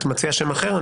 את מציעה שם אחר?